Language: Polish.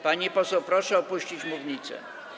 Pani poseł, proszę opuścić mównicę.